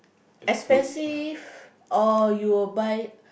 expensive or you will buy